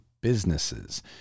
businesses